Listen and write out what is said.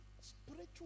spiritual